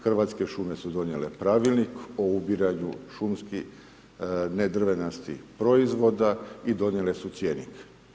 Hrvatske šume su donijele Pravilnik o ubiranju šumski nedrvenastih proizvoda i donijele su cjenik.